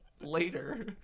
later